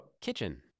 Kitchen